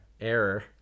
error